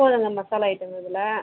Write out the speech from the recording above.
போதுங்க மசாலா ஐட்டங்கள் இதில்